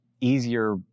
easier